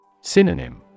Synonym